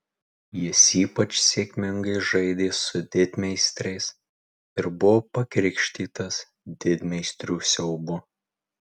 jis ypač sėkmingai žaidė su didmeistriais ir buvo pakrikštytas didmeistrių siaubu